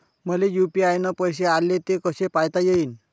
मले यू.पी.आय न पैसे आले, ते कसे पायता येईन?